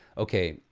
okay,